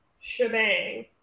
shebang